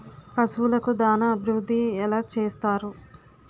పశువులకు దాన అభివృద్ధి ఎలా చేస్తారు?